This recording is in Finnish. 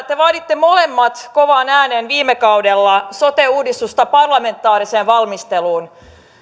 te vaaditte molemmat kovaan ääneen viime kaudella sote uudistusta parlamentaariseen valmisteluun